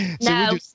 No